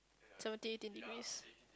seventeen eighteen degrees